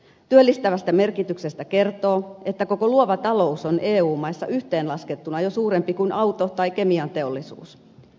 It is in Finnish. työllistävästä merkityksestä kertoo että koko luova talous on eu maissa yhteenlaskettuna jo suurempi kuin auto tai kemianteollisuus